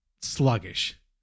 sluggish